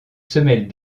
semelles